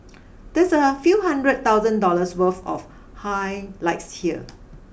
that's a few hundred thousand dollars worth of highlights here